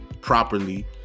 properly